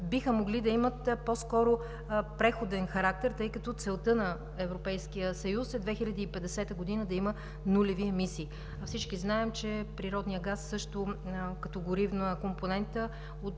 биха могли да имат по-скоро преходен характер, тъй като целта на Европейския съюз е 2050 г. да има нулеви емисии. Всички знаем, че природният газ също като горивна компонента